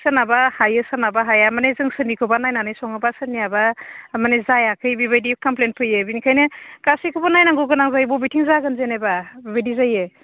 सोरनाबा हायो सोरनाबा हाया माने जों सोरनिखौबा नायनानै सङोबा सोरनियाबा तारमाने जायासै माने बेबायदि क'मफ्लेन फैयो बेनिखायनो गासैखौबो नायनांगौ गोनां जायो बबेथिं जागोन जेनेबा बिदि जायो